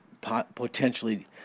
potentially